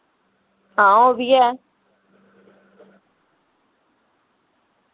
हां ओह् बी ऐ